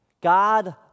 God